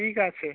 ঠিক আছে